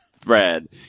thread